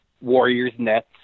Warriors-Nets